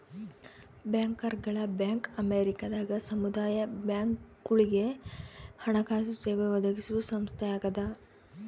ಬ್ಯಾಂಕರ್ಗಳ ಬ್ಯಾಂಕ್ ಅಮೇರಿಕದಾಗ ಸಮುದಾಯ ಬ್ಯಾಂಕ್ಗಳುಗೆ ಹಣಕಾಸು ಸೇವೆ ಒದಗಿಸುವ ಸಂಸ್ಥೆಯಾಗದ